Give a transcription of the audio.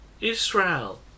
Israel